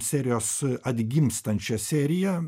serijos atgimstančią seriją